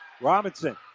Robinson